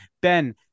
Ben